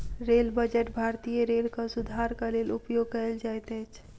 rail budget भारतीय रेलक सुधारक लेल उपयोग कयल जाइत अछि